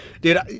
Dude